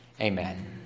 Amen